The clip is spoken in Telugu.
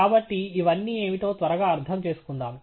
కాబట్టి ఇవన్నీ ఏమిటో త్వరగా అర్థం చేసుకుందాం